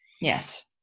Yes